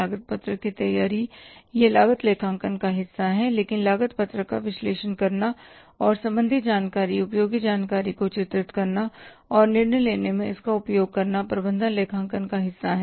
लागत पत्रक की तैयारी यह लागत लेखांकन का हिस्सा है लेकिन लागत पत्रक का विश्लेषण करना और संबंधित जानकारी उपयोगी जानकारी को चित्रित करना और निर्णय लेने में इसका उपयोग करना प्रबंधन लेखांकन का हिस्सा है